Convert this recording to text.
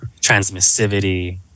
transmissivity